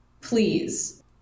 please